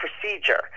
procedure